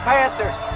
Panthers